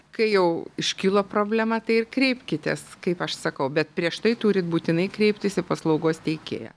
kai jau iškilo problema tai ir kreipkitės kaip aš sakau bet prieš tai turit būtinai kreiptis į paslaugos teikėją